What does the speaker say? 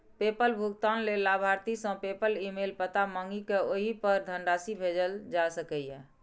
PayPal भुगतान लेल लाभार्थी सं पेपल ईमेल पता मांगि कें ओहि पर धनराशि भेजल जा सकैए